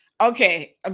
Okay